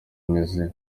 meze